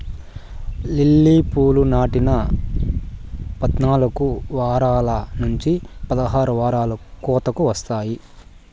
lily పూలు నాటిన పద్నాలుకు వారాల నుంచి పదహారు వారాలకు కోతకు వస్తాయి